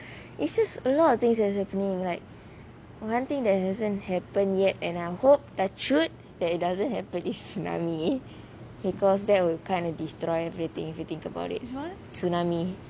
it says a lot of things are happening like one thing that hasn't happened yet and I hope that touch wood that it doesn't happen is tsunami because that will kind of destroy everything if you think about it tsunami